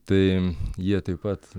tai jie taip pat